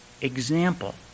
example